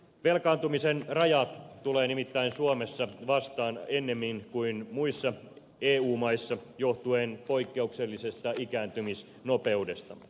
velkaantumisen rajat tulevat nimittäin suomessa vastaan ennemmin kuin muissa eu maissa johtuen poik keuksellisesta ikääntymisnopeudestamme